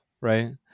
right